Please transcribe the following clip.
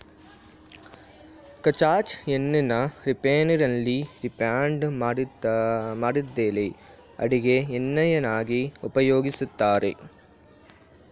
ಕಚ್ಚಾ ಎಣ್ಣೆನ ರಿಫೈನರಿಯಲ್ಲಿ ರಿಫೈಂಡ್ ಮಾಡಿದ್ಮೇಲೆ ಅಡಿಗೆ ಎಣ್ಣೆಯನ್ನಾಗಿ ಉಪಯೋಗಿಸ್ತಾರೆ